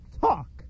talk